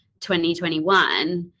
2021